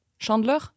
Chandler